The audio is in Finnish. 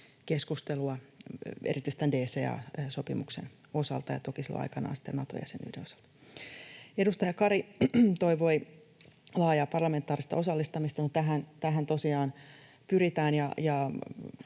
keskustelua erityisesti tämän DCA-sopimuksen osalta ja toki silloin aikanaan sitten Nato-jäsenyyden osalta. Edustaja Kari toivoi laajaa parlamentaarista osallistamista: tähän tosiaan pyritään.